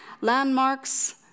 landmarks